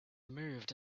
moved